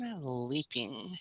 leaping